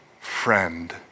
friend